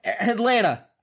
Atlanta